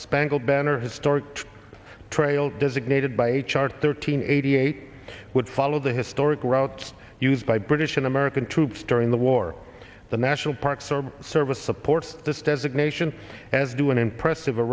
spangled banner historic trail designated by h r thirteen eighty eight would follow the historic route used by british and american troops during the war the national park service service supports this designation as do an impressive a